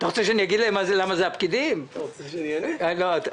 אתה רוצה שאני אגיד להם למה זה הפקידים?